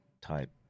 type